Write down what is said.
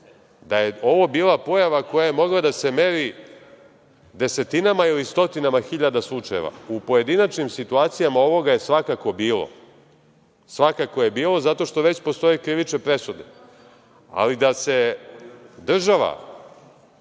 da je ovo bila pojava koja je mogla da se meri desetinama ili stotinama hiljada slučajeva, u pojedinačnim situacijama ovoga je svakako bilo. Svakako je bilo, zato što već postoje krivine presude. Ali, da se država